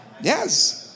Yes